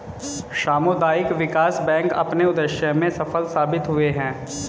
सामुदायिक विकास बैंक अपने उद्देश्य में सफल साबित हुए हैं